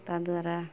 ତାଦ୍ୱାରା